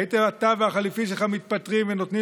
הייתם אתה והחליפי שלך מתפטרים ונותנים